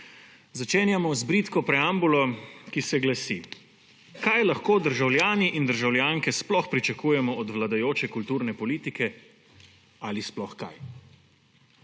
Začenjamo z bridko preambulo, ki se glasi: Kaj lahko državljani in državljanke sploh pričakujemo od vladajoče kulturne politike ali sploh kaj?